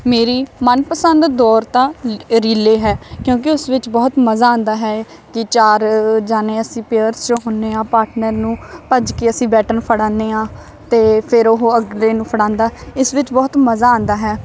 ਮੇਰੀ ਮਨਪਸੰਦ ਦੌੜ ਤਾਂ ਰੀਲੇਅ ਹੈ ਕਿਉਂਕਿ ਉਸ ਵਿੱਚ ਬਹੁਤ ਮਜ਼ਾ ਆਉਂਦਾ ਹੈ ਕਿ ਚਾਰ ਜਣੇ ਅਸੀਂ ਪੇਅਰ 'ਚ ਹੁੰਦੇ ਹਾਂ ਪਾਟਨਰ ਨੂੰ ਭੱਜ ਕੇ ਅਸੀਂ ਬੈਟਨ ਫੜਾਉਂਦੇ ਹਾਂ ਅਤੇ ਫਿਰ ਉਹ ਅਗਲੇ ਨੂੰ ਫੜਾਉਂਦਾ ਇਸ ਵਿੱਚ ਬਹੁਤ ਮਜ਼ਾ ਆਉਂਦਾ ਹੈ